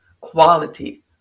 quality